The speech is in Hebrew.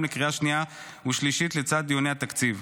לקריאה שנייה ושלישית לצד דיוני התקציב.